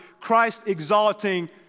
Christ-exalting